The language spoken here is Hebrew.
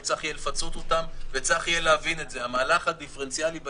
וזה מצטרף לעוד הרבה עיתונים שמסקרים את